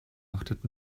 achtet